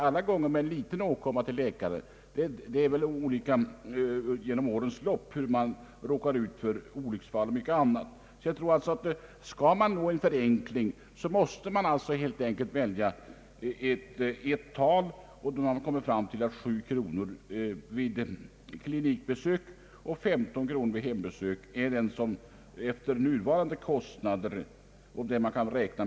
Alla gånger går man väl inte till en läkare för en liten åkommas skull. Under årens lopp kan man ju råka ut för olycksfall och annat. Skall en förenkling kunna nås, måste en bestämd avgift fastställas, och vi har kommit fram till att 7 kronor vid klinikbesök och 15 kronor vid hembesök är de avgifter som efter nuvarande kostnader bör fastställas.